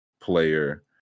player